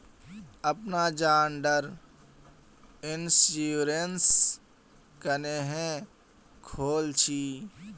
अपना जान डार इंश्योरेंस क्नेहे खोल छी?